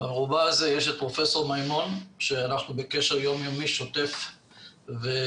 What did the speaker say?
במרובע הזה יש את פרופ' מימון שאנחנו בקשר יום-יומי שוטף ומדויק,